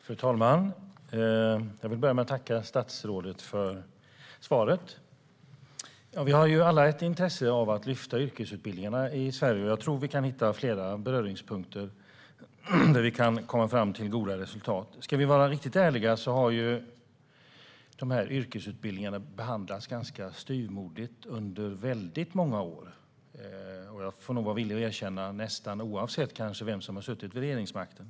Fru talman! Jag vill börja med att tacka statsrådet för svaret. Vi har alla ett intresse av att lyfta yrkesutbildningarna i Sverige. Jag tror att vi kan hitta flera beröringspunkter där vi kan komma fram till goda resultat. Ska vi vara riktigt ärliga kan vi säga att yrkesutbildningarna har behandlats ganska styvmoderligt under väldigt många år nästan oavsett - jag får nog vara villig att erkänna det - vem som har suttit vid regeringsmakten.